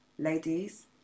Ladies